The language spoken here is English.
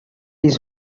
his